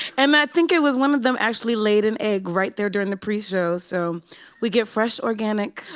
and i think it was one of them actually laid an egg right there during the pre-show. so we get fresh organic